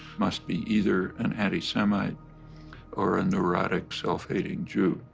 must be either an anti-semite or a neurotic self-hating jew.